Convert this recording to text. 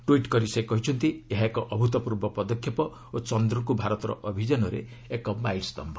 tweet କରି ସେ କହିଛନ୍ତି ଏହା ଏକ ଅଭ୍ରୁତପୂର୍ବ ପଦକ୍ଷେପ ଓ ଚନ୍ଦ୍ରକୁ ଭାରତର ଅଭିଯାନରେ ଏକ ମାଇଲ୍ସ୍ତମ୍ଭ